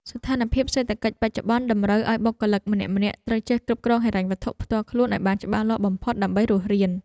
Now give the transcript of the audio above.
ស្ថានភាពសេដ្ឋកិច្ចបច្ចុប្បន្នតម្រូវឱ្យបុគ្គលិកម្នាក់ៗត្រូវចេះគ្រប់គ្រងហិរញ្ញវត្ថុផ្ទាល់ខ្លួនឱ្យបានច្បាស់លាស់បំផុតដើម្បីរស់រាន។